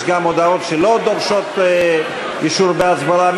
יש גם הודעות שלא דורשות אישור בהצבעה.